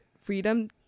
freedom